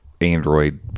Android